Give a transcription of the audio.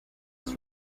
made